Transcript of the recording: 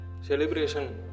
celebration